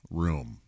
room